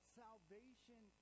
salvation